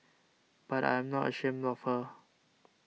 but I am not ashamed of her